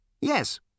Yes